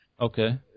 Okay